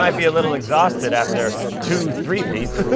um be a little exhausted after two threepeats.